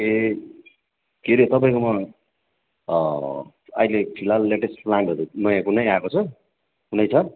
ए के अरे तपाईँकोमा अहिले फिलहाल लेटेस्ट प्लान्टहरू नयाँ कुनै आएको छ कुनै छ